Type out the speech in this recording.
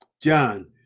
john